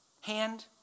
Hand